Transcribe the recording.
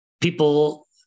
People